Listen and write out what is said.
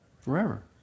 forever